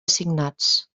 assignats